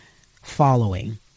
following